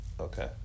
Okay